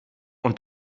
und